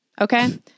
Okay